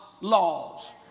laws